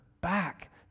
back